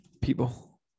people